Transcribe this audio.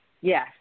Yes